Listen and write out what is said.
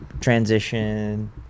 transition